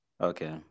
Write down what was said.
Okay